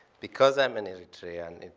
because i'm an eritrean,